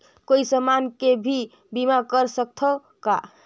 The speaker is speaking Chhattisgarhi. कोई समान के भी बीमा कर सकथव का?